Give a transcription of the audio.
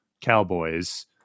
Cowboys